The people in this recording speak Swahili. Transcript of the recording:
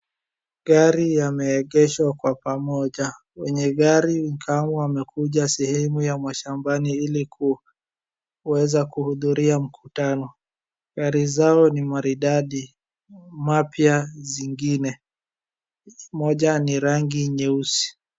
gari yameegeshwa kwa pamoja ,wenye gari nikama wamekuja sehemu ya mashambani ili kuweza kuhudhuria mkutano ,gari zao ni maridadi mapya zingine moja ni rangi nyeusi